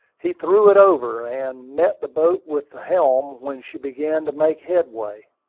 he threw it over, and met the boat with the helm when she began to make headway.